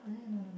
eh no no no